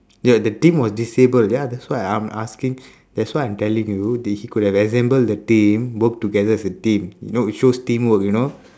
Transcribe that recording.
ya the team was disabled ya that's why i'm asking that's why i'm telling you that he could have assembled the team work together as a team you know it shows teamwork you know